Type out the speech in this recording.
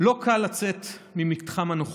לא קל לצאת ממתחם הנוחות,